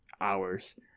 hours